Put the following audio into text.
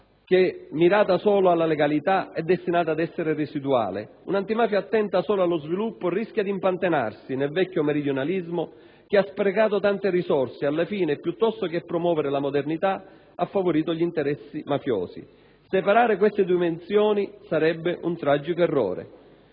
mirata solo alla legalità è destinata ad essere residuale; un'antimafia attenta solo allo sviluppo rischia di impantanarsi nel vecchio meridionalismo che ha sprecato tante risorse ed alla fine, piuttosto che promuovere la modernità, ha favorito gli interessi mafiosi. Separare queste due dimensioni sarebbe un tragico errore.